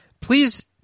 please